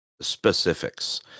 specifics